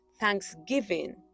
thanksgiving